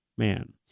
Man